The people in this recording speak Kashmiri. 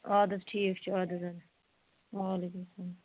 آدٕ حظ ٹھیٖک چھُ آدٕ حظ آدٕ حظ وعلیکُم السلام